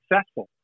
successful